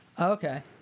Okay